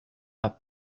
not